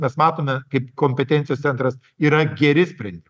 mes matome kaip kompetencijos centras yra geri sprendi